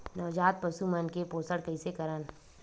नवजात पशु मन के पोषण कइसे करन?